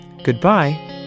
Goodbye